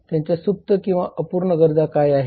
त्यांच्या सुप्त किंवा अपूर्ण गरजा काय आहेत